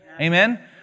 Amen